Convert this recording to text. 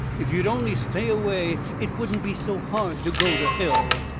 if you'd only stay away it wouldn't be so hard to go to hell!